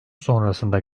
sonrasında